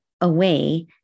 away